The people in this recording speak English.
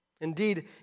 Indeed